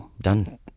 done